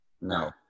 No